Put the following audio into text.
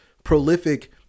prolific